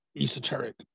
esoteric